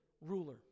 ruler